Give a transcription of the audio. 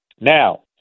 Now